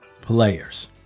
players